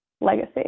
legacy